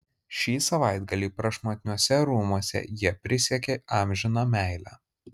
šį savaitgalį prašmatniuose rūmuose jie prisiekė amžiną meilę